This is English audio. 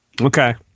Okay